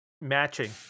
matching